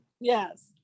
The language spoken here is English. Yes